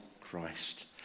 Christ